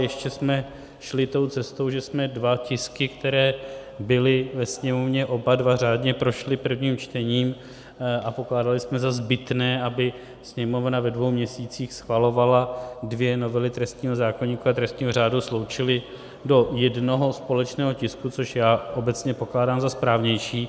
Ještě jsme šli tou cestou, že jsme dva tisky, které byly ve Sněmovně oba dva řádně prošly prvním čtením a pokládali jsme za zbytné, aby Sněmovna ve dvou měsících schvalovala dvě novely trestního zákoníku a trestního řádu , sloučili do jednoho společného tisku, což já obecně pokládám za správnější.